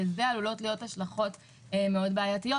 לזה עלולות להיות השלכות מאוד בעיתיות,